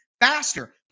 faster